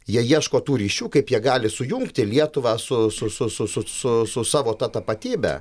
jie ieško tų ryšių kaip jie gali sujungti lietuvą su su su su su su su savo ta tapatybe